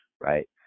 right